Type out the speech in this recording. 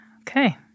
Okay